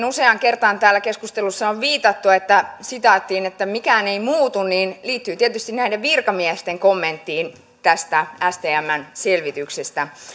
useaan kertaan täällä keskustelussa on viitattu sitaattiin että mikään ei muutu niin se liittyy tietysti näiden virkamiesten kommenttiin tästä stmn selvityksestä